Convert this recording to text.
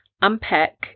unpack